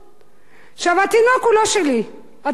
התינוק הוא לא שלי, התינוק הוא שלו.